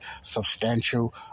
substantial